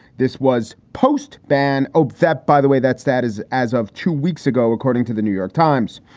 this was post ban ah that, by the way, that's that is as of two weeks ago, according to the new york times.